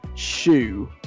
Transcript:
shoe